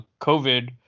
COVID